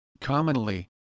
Commonly